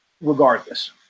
regardless